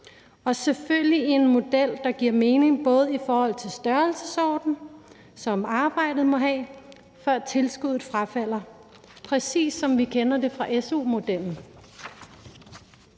og selvfølgelig i en model, der giver mening i forhold til den størrelsesorden, som arbejdet må have, før tilskuddet bortfalder, præcis som vi kender det fra su-modellen.